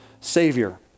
savior